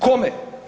Kome?